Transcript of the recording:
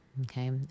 Okay